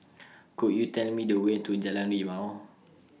Could YOU Tell Me The Way to Jalan Rimau